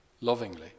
lovingly